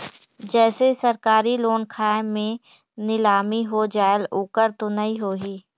जैसे सरकारी लोन खाय मे नीलामी हो जायेल ओकर तो नइ होही?